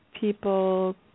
people